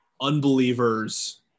Unbelievers